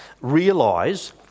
realise